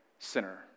sinner